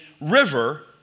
river